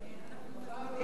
מזמינים את חברי הליכוד,